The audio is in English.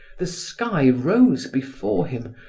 the sky rose before him,